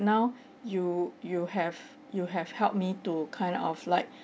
now you you have you have help me to kind of like